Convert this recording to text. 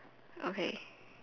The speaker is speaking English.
okay